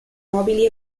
nobili